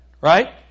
Right